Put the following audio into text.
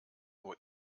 nur